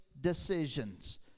decisions